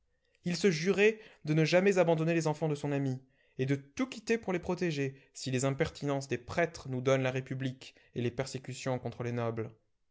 il se jurait de ne jamais abandonner les enfants de son amie et de tout quitter pour les protéger si les impertinences des prêtres nous donnent la république et les persécutions contre les nobles